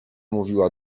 mówiła